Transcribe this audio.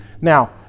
Now